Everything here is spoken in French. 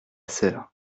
sœur